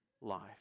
life